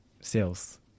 sales